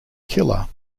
killer